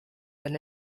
than